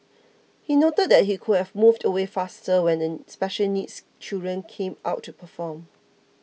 he noted that he could have moved away faster when the special needs children came out to perform